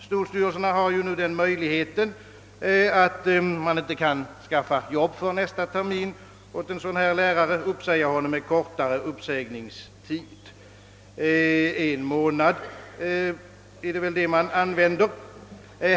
Skolstyrelserna har nu möjlighet att säga upp en sådan lärare med en månads varsel.